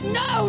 no